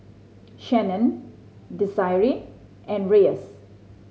Shannan Desirae and Reyes